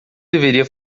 deveria